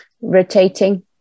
rotating